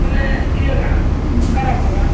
ᱢᱟᱱᱮ ᱤᱭᱟᱹ ᱦᱟᱸᱜ ᱠᱟᱨᱟᱢ ᱵᱚᱸᱜᱟ